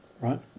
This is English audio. right